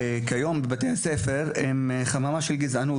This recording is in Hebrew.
שבתי הספר כיום הם חממה של גזענות.